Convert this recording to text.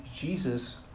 Jesus